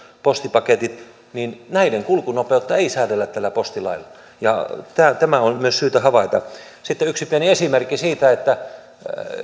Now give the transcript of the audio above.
postipaketit niin näiden kulkunopeutta ei säädellä tällä postilailla tämä on myös syytä havaita sitten yksi pieni esimerkki siitä että